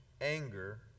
anger